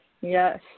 Yes